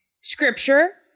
Scripture